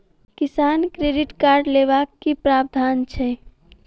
किसान credit card लेबाक की प्रावधान छै?